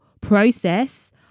process